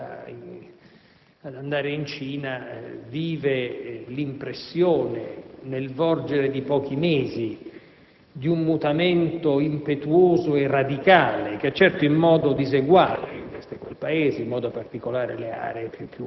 Penso che chiunque si trovi ad andare in Cina viva l'impressione, nel volgere di pochi mesi, di un mutamento impetuoso e radicale che, certo, in modo diseguale